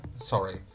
Sorry